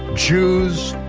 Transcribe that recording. jews,